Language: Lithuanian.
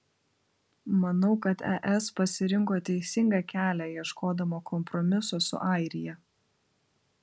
manau kad es pasirinko teisingą kelią ieškodama kompromiso su airija